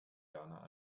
werner